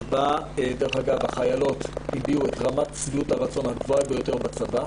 שבה החיילות הביעו את רמת שביעות הרצון הגבוהה ביותר בצבא,